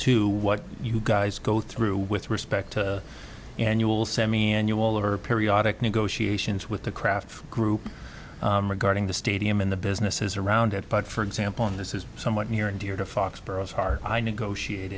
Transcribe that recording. to what you guys go through with respect to annual semiannual or periodic negotiations with the kraft group regarding the stadium in the businesses around it but for example and this is somewhat near and dear to foxboro is hard i negotiate